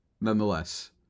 nonetheless